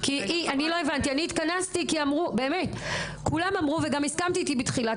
כינסתי את הדיון כי הבנתי שיש בעיה.